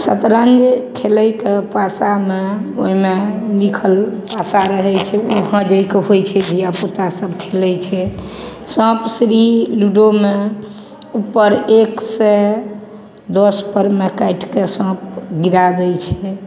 शतरञ्ज खेलयके पासामे ओइमे लिखल पासा रहय छै उ भाँजयके होइ छै धियापुता सभ खेलय छै साँप सीढ़ी लूडोमे उपर एक सए दसपर मे काटिके साँप गिरा दै छै